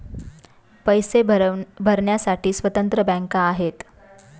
पैसे भरण्यासाठी स्वतंत्र बँका आहेत